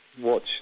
Watch